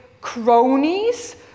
cronies